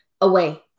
away